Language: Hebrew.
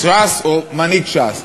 ש"ס או מנהיג ש"ס,